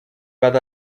بعد